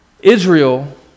Israel